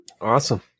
Awesome